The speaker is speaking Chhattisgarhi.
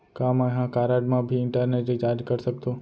का मैं ह कारड मा भी इंटरनेट रिचार्ज कर सकथो